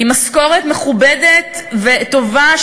עם משכורת מכובדת וטובה,